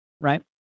right